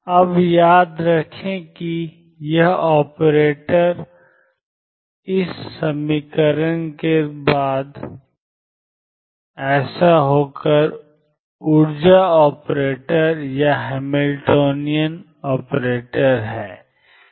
अब याद रखें कि यह ऑपरेटर माइनस 22md2dx2Vx ऊर्जा ऑपरेटर या हैमिल्टन है